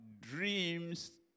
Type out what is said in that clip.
dreams